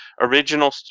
original